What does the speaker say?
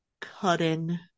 cutting